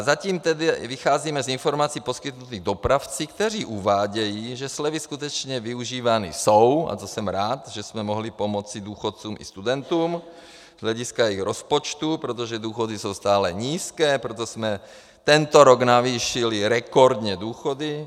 Zatím tedy vycházíme z informací poskytnutých dopravci, kteří uvádějí, že slevy skutečně využívány jsou, a to jsem rád, že jsme mohli pomoci důchodcům i studentům z hlediska i rozpočtu, protože důchody jsou stále nízké, proto jsme tento rok navýšili rekordně důchody.